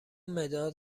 مداد